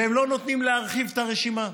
והם לא נותנים להרחיב את הרשימה.